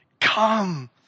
Come